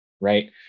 right